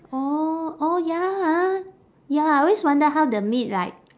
orh orh ya ha ya I always wonder how the meat like